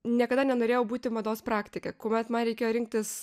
niekada nenorėjau būti mados praktike kuomet man reikėjo rinktis